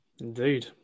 Indeed